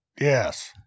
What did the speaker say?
yes